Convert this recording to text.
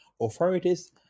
authorities